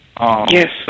Yes